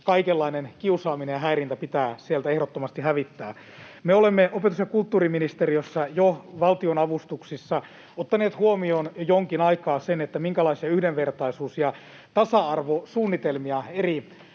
kaikenlainen kiusaaminen ja häirintä pitää sieltä ehdottomasti hävittää. Me olemme opetus‑ ja kulttuuriministeriössä jo valtionavustuksissa ottaneet huomioon jo jonkin aikaa sen, minkälaisia yhdenvertaisuus‑ ja tasa-arvosuunnitelmia eri